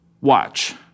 Watch